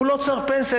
הוא לא צריך פנסיה,